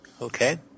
Okay